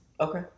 Okay